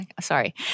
Sorry